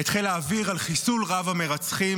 לחיל האוויר על חיסול רב-המרצחים,